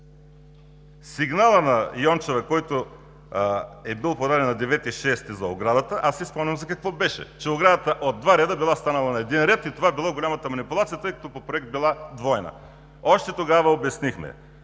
Сигналът на Йончева, който е бил подаден на 9 юни за оградата, аз си спомням за какво беше – че оградата от два реда била станала на един ред и това било голямата манипулация, тъй като по проект била двойна. Още тогава обяснихме,